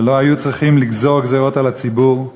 ולא היו צריכים לגזור גזירות על הציבור,